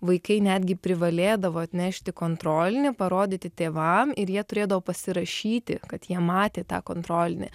vaikai netgi privalėdavo atnešti kontrolinį parodyti tėvam ir jie turėdavo pasirašyti kad jie matė tą kontrolinį